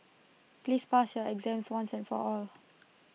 please pass your exam once and for all